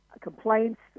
complaints